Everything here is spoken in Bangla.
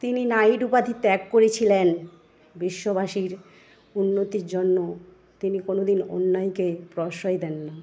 তিনি নাইট উপাধি ত্যাগ করেছিলেন বিশ্ববাসীর উন্নতির জন্য তিনি কোনোদিন অন্যায়কে প্রশ্রয় দেন না